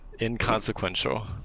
inconsequential